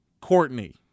Courtney